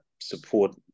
support